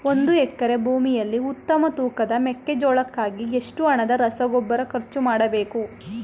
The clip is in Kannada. ಒಂದು ಎಕರೆ ಭೂಮಿಯಲ್ಲಿ ಉತ್ತಮ ತೂಕದ ಮೆಕ್ಕೆಜೋಳಕ್ಕಾಗಿ ಎಷ್ಟು ಹಣದ ರಸಗೊಬ್ಬರ ಖರ್ಚು ಮಾಡಬೇಕು?